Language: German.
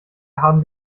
haben